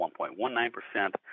1.19%